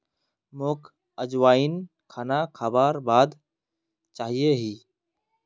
मोक अजवाइन खाना खाबार बाद चाहिए ही